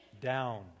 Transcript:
down